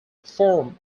form